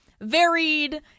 varied